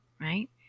right